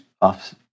off